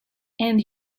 and